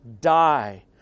die